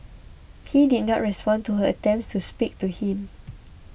he did not respond to her attempts to speak to him